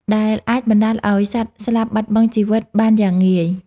ដែលអាចបណ្ដាលឱ្យសត្វស្លាប់បាត់បង់ជីវិតបានយ៉ាងងាយ។